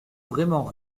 vraiment